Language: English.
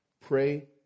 pray